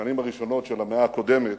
בשנים הראשונות של המאה הקודמת,